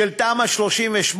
של תמ"א 38,